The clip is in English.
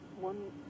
one